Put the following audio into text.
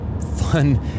fun